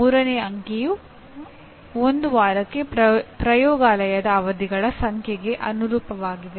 ಮೂರನೇ ಅಂಕಿಯು ಒಂದು ವಾರಕ್ಕೆ ಪ್ರಯೋಗಾಲಯದ ಅವಧಿಗಳ ಸಂಖ್ಯೆಗೆ ಅನುರೂಪವಾಗಿದೆ